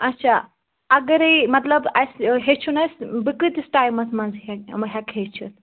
اَچھا اَگرے مطلب اَسہِ ہیٚچھُن آسہِ بہٕ کۭتِس ٹایمَس منٛز ہے ہیٚکہٕ ہیٚچھِتھ